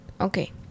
Okay